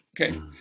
Okay